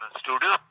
studio